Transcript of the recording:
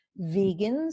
vegans